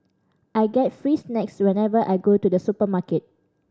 I get free snacks whenever I go to the supermarket